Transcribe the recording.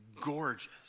gorgeous